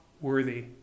worthy